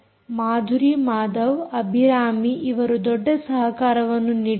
ಮಾಧುರಿ ಮಾಧವ್ ಅಭಿರಾಮಿ ಇವರು ದೊಡ್ಡ ಸಹಕಾರವನ್ನು ನೀಡಿದ್ದಾರೆ